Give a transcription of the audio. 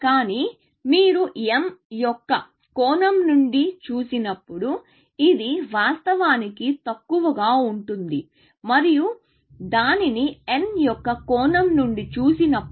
కానీ మీరు m యొక్క కోణం నుండి చూసినప్పుడు ఇది వాస్తవానికి తక్కువగా ఉంటుంది మరియు దానిని n యొక్క కోణం నుండి చూసినప్పుడు